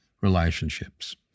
relationships